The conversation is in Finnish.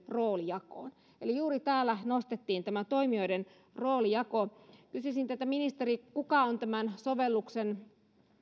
roolijakoon eli täällä nostettiin juuri tämä toimijoiden roolijako kysyisin teiltä ministeri kuka nyt sitten mahdollisesti on tämän sovelluksen